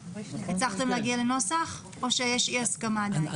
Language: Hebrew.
הצלחתם להגיע לנוסח או שיש אי הסכמה עדיין?